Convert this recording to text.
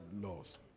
laws